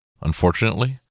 unfortunately